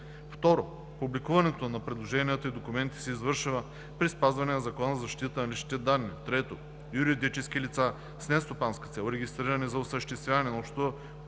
2. Публикуването на предложенията и документите се извършва при спазване на Закона за защита на личните данни. 3. Юридически лица с нестопанска цел, регистрирани за осъществяване на